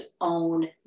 own